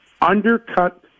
undercut